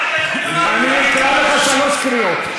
אקרא לך שלוש קריאות.